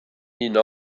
uno